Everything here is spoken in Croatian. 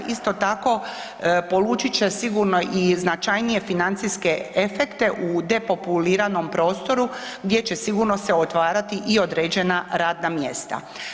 Isto tako , polučit će sigurno i značajnije financijske efekte u depopuliranom prostoru gdje će sigurno se otvarati i određena radna mjesta.